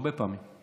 הרבה פעמים.